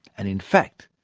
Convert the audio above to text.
and in fact,